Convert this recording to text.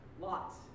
lots